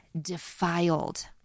defiled